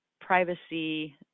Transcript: privacy